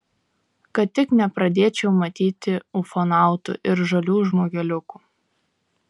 kad tik nepradėčiau matyti ufonautų ir žalių žmogeliukų